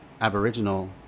aboriginal